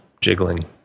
jiggling